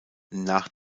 nach